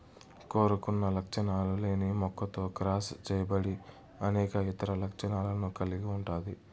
కోరుకున్న లక్షణాలు లేని మొక్కతో క్రాస్ చేయబడి అనేక ఇతర లక్షణాలను కలిగి ఉంటాది